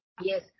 Yes